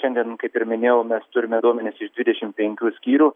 šiandien kaip ir minėjau mes turime duomenis iš dvidešimt penkių skyrių